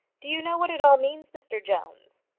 do you know what it all means, mr jones?